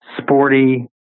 sporty